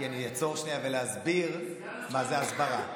כי אני אעצור שנייה ואסביר מהי הסברה: